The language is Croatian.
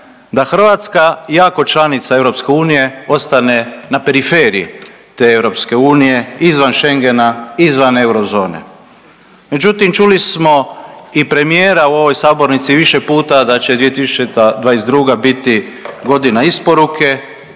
da Hrvatska iako članica EU ostane na periferiji te EU izvan Schengena, izvan eurozone. Međutim, čuli smo i premijera u ovoj sabornici više puta da će 2022. biti godina isporuke